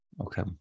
Okay